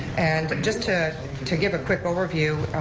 and just to to give a quick overview,